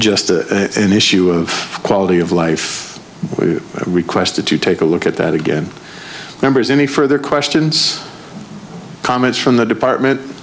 just an issue of quality of life we requested to take a look at that again numbers any further questions comments from the department